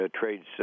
trades